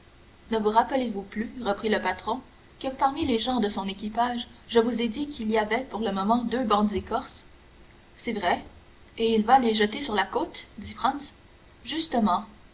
ne vous rappelez-vous plus reprit le patron que parmi les gens de son équipage je vous ai dit qu'il y avait pour le moment deux bandits corses c'est vrai et il va les jeter sur la côte dit franz justement